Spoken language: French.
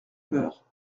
peur